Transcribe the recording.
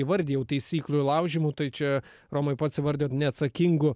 įvardijau taisyklių laužymu tai čia romai pats įvardijot neatsakingu